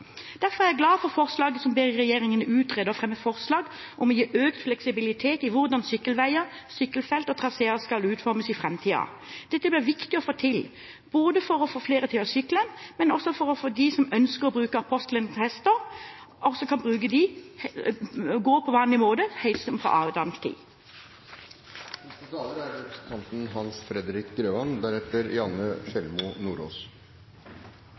Derfor er jeg glad for forslaget der Stortinget ber regjeringen utrede og fremme forslag om å gi økt fleksibilitet i hvordan sykkelveier, sykkelfelt og traseer kan utformes i framtiden. Dette blir det viktig å få til, både for å få flere til å sykle og også for at de som ønsker å bruke apostlenes hester, kan gå på vanlig måte som på Adams tid. Først noen ord til forslaget fra representanten